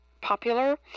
popular